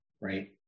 right